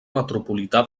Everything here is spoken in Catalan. metropolità